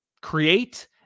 create